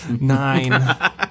Nine